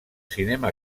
cinema